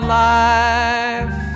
life